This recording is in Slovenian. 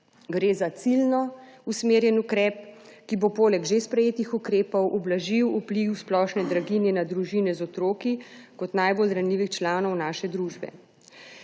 Gre za ciljno usmerjen ukrep, ki bo poleg že sprejetih ukrepov ublažil vpliv splošne draginje na družine z otroki kot najbolj ranljivih članov naše družbe.